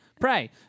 pray